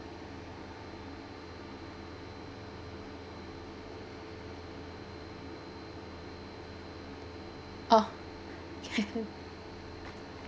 oh